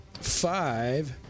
five